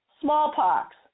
smallpox